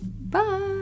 bye